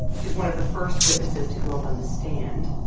she's one of the first witnesses to go up on the stand.